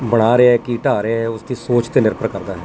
ਬਣਾ ਰਿਹਾ ਕਿ ਢਾਹ ਰਿਹਾ ਉਸ ਦੀ ਸੋਚ 'ਤੇ ਨਿਰਭਰ ਕਰਦਾ